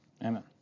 Amen